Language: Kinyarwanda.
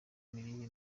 n’imirire